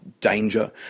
danger